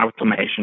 automation